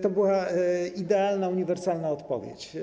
to była idealna, uniwersalna odpowiedź.